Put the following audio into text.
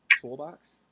Toolbox